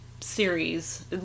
Series